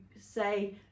say